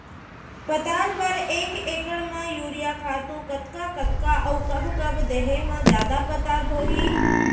पताल बर एक एकड़ म यूरिया खातू कतका कतका अऊ कब कब देहे म जादा पताल होही?